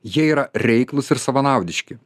jie yra reiklūs ir savanaudiški